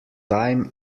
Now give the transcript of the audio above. time